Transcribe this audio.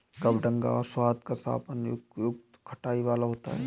कबडंगा का स्वाद कसापन युक्त खटाई वाला होता है